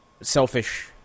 selfish